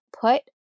Put